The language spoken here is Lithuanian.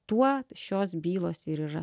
tuo šios bylos ir yra sudėti